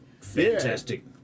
fantastic